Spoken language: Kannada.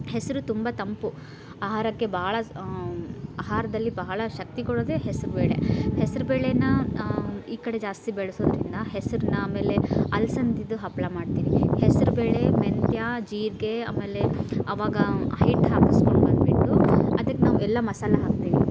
ಹೆಸ್ರು ತುಂಬ ತಂಪು ಆಹಾರಕ್ಕೆ ಭಾಳ ಆಹಾರ್ದಲ್ಲಿ ಬಹಳ ಶಕ್ತಿ ಕೊಡೋದೆ ಹೆಸ್ರು ಬೇಳೆ ಹೆಸ್ರು ಬೇಳೇನ ಈ ಕಡೆ ಜಾಸ್ತಿ ಬೆಳೆಸೋದರಿಂದ ಹೆಸ್ರನ್ನ ಆಮೇಲೆ ಅಲ್ಸಂದೀದು ಹಪ್ಪಳ ಮಾಡ್ತೀವಿ ಹೆಸ್ರು ಬೇಳೆ ಮೆಂತ್ಯ ಜೀರಿಗೆ ಆಮೇಲೆ ಅವಾಗ ಹಿಟ್ಟು ಹಾಕಿಸ್ಕೊಂಡು ಬಂದುಬಿಟ್ಟು ಅದಕ್ಕೆ ನಾವು ಎಲ್ಲ ಮಸಾಲಾ ಹಾಕ್ತೀವಿ